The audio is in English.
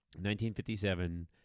1957